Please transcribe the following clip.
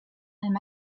him